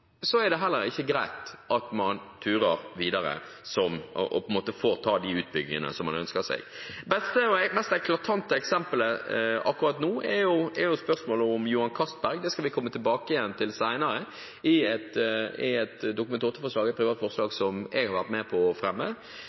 er det heller ikke greit at man turer videre og får gjøre de utbyggingene som man ønsker seg. Det mest eklatante eksemplet akkurat nå er spørsmålet om Johan Castberg – det skal vi komme tilbake til senere i et Dokument 8-forslag, som jeg har vært med på å fremme